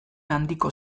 handiko